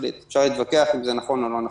אפשר להתווכח אם זה נכון או לא נכון.